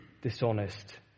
dishonest